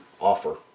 offer